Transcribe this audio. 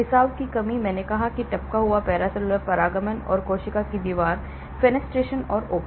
रिसाव की कमी मैंने कहा कि टपका हुआ पैरासेल्युलर पारगमन और केशिका की दीवार fenestration or openings